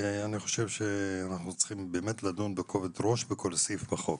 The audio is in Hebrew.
אני חושב שאנחנו באמת לדון בכובד ראש בכל סעיף בחוק.